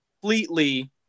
completely